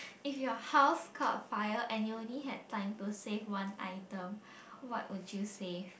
if your house caught fire and you only had time to save one item what would you save